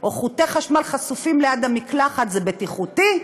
או חוטי חשמל חשופים ליד המקלחת זה בטיחותי?